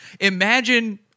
imagine